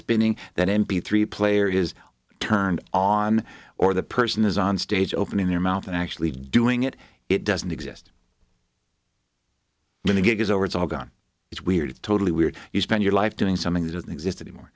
spinning that m p three player is turned on or the person is on stage opening their mouth and actually doing it it doesn't exist when the gig is over it's all gone it's weird totally weird you spend your life doing something that doesn't exist anymore